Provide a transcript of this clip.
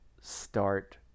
start